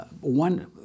One